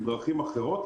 דרכים אחרות,